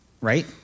right